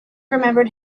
remembered